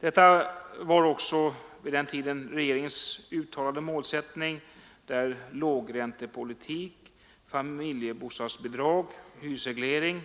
Detta var också vid den tiden regeringens uttalade målsättning, där lågräntepolitik, familjebostadsbidrag, hyresreglering